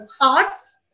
hearts